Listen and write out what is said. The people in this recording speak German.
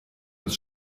uns